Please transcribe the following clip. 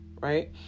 right